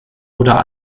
oder